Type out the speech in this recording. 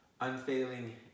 unfailing